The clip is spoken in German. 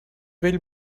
will